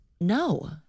No